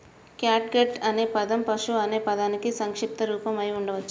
catgut అనే పదం పశువు అనే పదానికి సంక్షిప్త రూపం అయి ఉండవచ్చు